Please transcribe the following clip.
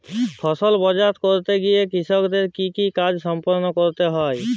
ফসল বাজারজাত করতে গিয়ে কৃষককে কি কি কাজ সম্পাদন করতে হয়?